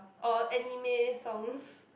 or any may songs